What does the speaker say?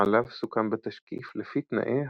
עליו סוכם בתשקיף לפי תנאי